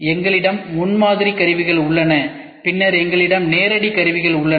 எங்களிடம் முன்மாதிரி கருவிகள் உள்ளன பின்னர் எங்களிடம் நேரடி கருவிகள் உள்ளன